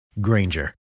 Granger